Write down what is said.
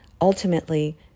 ultimately